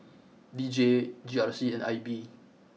D J G R C and I B